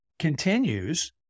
continues